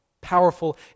powerful